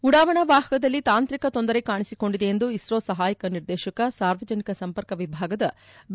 ಉಡಾವಣಾ ವಾಹಕದಲ್ಲಿ ತಾಂತ್ರಿಕ ತೊಂದರೆ ಕಾಣಿಸಿಕೊಂಡಿದೆ ಎಂದು ಇಸ್ತೋ ಸಹಾಯಕ ನಿರ್ದೇಶಕ ಸಾರ್ವಜನಿಕ ಸಂಪರ್ಕ ವಿಭಾಗ ಬಿ